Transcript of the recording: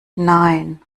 nein